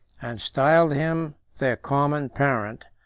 and styled him their common parent,